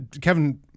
kevin